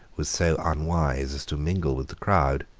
was so unwise as to mingle with the crowd.